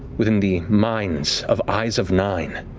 within the minds of eyes of nine,